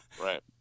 Right